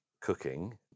cooking